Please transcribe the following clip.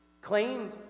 claimed